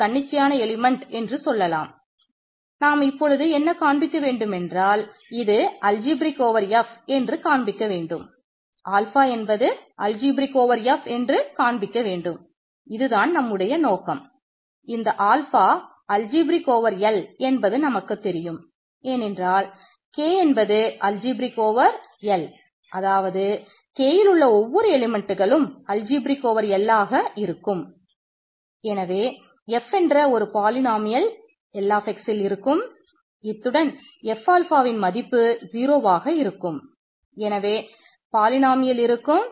ஒரு தன்னிச்சையான எலிமெண்ட்டை இருக்கும்